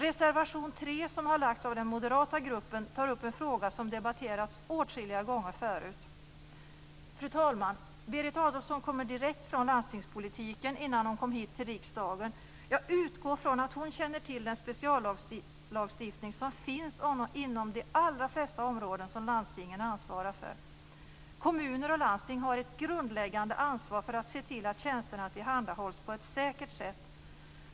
Reservation 3 har lagts av den moderata gruppen, och där tas upp en fråga som har debatterats åtskilliga gånger förut. Fru talman! Berit Adolfsson kommer direkt från landstingspolitiken hit till riksdagen, och jag utgår från att hon känner till den speciallagstiftning som finns inom de allra flesta områden som landstingen ansvarar för. Kommuner och landsting har ett grundläggande ansvar för att se till att tjänsterna tillhandahålls på ett säkert sätt.